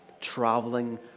traveling